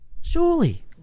Surely